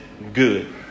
Good